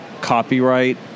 copyright